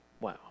Wow